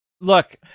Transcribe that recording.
look